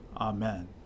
Amen